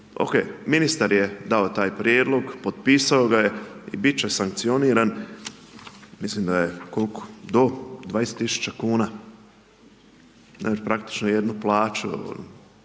oke, ministar je dao taj prijedlog, potpisao ga je i bit će sankcioniran, mislim da je, koliko, do 20 tisuća kuna, ne, praktično jednu plaću,